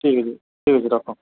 ଠିକ୍ ଅଛେ ଠିକ୍ ଅଛେ ରଖ